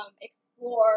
explore